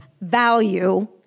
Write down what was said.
value